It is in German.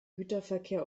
güterverkehr